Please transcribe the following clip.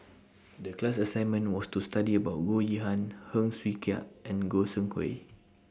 The class assignment was to study about Goh Yihan Heng Swee Keat and Goi Seng Gui